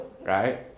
right